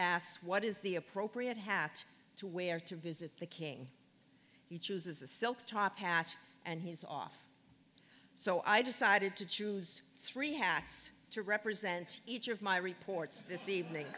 asks what is the appropriate hacked to wear to visit the king he chooses a silk top patch and he's off so i decided to choose three hacks to represent each of my reports this evening